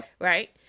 right